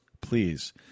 please